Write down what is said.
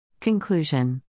Conclusion